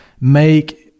make